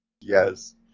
Yes